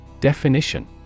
Definition